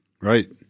Right